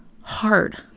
hard